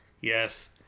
yes